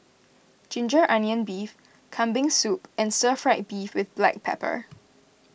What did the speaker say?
Ginger Onions Beef Kambing Soup and Stir Fried Beef with Black Pepper